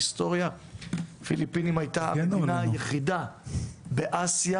הפיליפינים הייתה המדינה היחידה באסיה